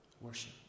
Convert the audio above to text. Worship